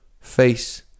face